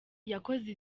yakoze